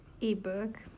ebook